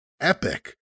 epic